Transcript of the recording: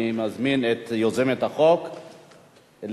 אני מזמין את יוזמת החוק לברך.